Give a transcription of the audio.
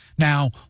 Now